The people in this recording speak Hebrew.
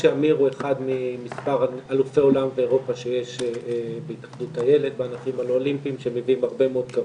הדרישות מאגודות הן לא פרופורציונליות לכסף שהן מקבלות.